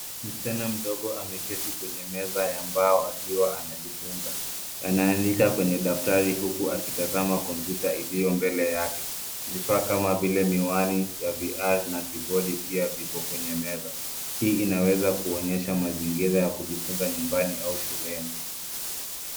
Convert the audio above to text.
Msichana mdogo ameketi kwenye meza ya mbao akiwa ana jifunza anaandika kwenye daftari huku akitazama kwenye komputa iliyo mbele yake vifaa kama vile miwani ya VR na kibodi pia viko kwenye meza. Hii inaweza kuonyesha mazingira ya kujifunza nyumbani au shuleni.